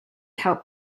help